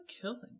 killing